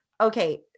okay